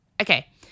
okay